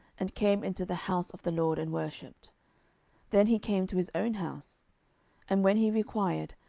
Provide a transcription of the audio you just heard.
and came into the house of the lord, and worshipped then he came to his own house and when he required,